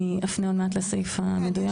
אני אפנה עוד מעט לסעיף המדויק.